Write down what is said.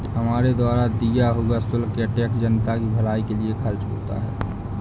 हमारे द्वारा दिया हुआ शुल्क या टैक्स जनता की भलाई के लिए खर्च होता है